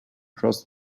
trust